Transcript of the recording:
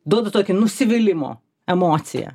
duoda tokį nusivylimo emociją